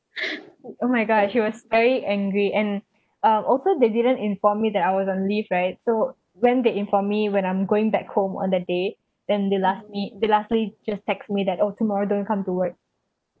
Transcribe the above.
oh my god she was very angry and um also they didn't inform me that I was on leave right so when they inform me when I'm going back home on the day then they last me they lastly just text me that oh tomorrow don't come to work